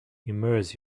immerse